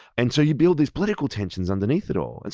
and so you build these political tensions underneath it all. and